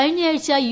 കഴിഞ്ഞയാഴ്ച യു